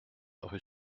rue